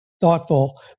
thoughtful